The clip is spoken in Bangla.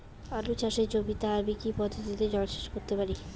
আলু চাষে জমিতে আমি কী পদ্ধতিতে জলসেচ করতে পারি?